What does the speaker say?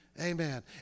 Amen